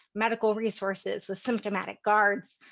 medical resources, with symptomatic guards.